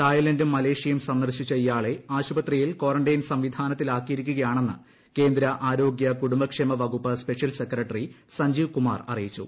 തായ്ലന്റും മലേഷ്യയും സന്ദർശിച്ച ഇയാളെ ആശുപത്രിയിൽ കോറന്റൈൻ സംവിധാനത്തിലാക്കിയിരിക്കുകയാണ്ടെന്ന് ി കേന്ദ്ര ആരോഗ്യ കുടുംബക്ഷേമ വകുപ്പ് സ്പ്രെഷ്യൽ സെക്രട്ടറി സഞ്ജീവ് കുമാർ അറിയിച്ചു